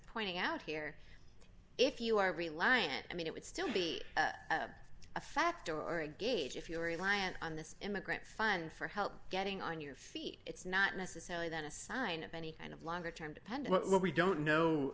pointing out here if you are reliant i mean it would still be a factor or a gauge if you were reliant on this immigrant fund for help getting on your feet it's not necessarily that a sign of any kind of longer term depend what we don't know